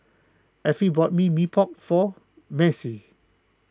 Effie bought Mee Pok for Macie